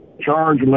charge